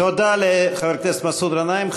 תודה לחבר הכנסת מסעוד גנאים.